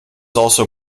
also